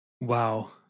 Wow